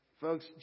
Folks